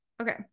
okay